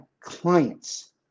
clients